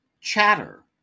Chatter